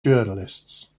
journalists